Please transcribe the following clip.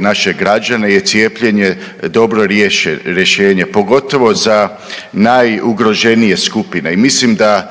naše građane je cijepljenje dobro rješenje pogotovo za najugroženije skupine i mislim da